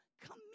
come